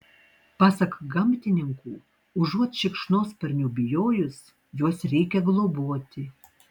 pasak gamtininkų užuot šikšnosparnių bijojus juos reikia globoti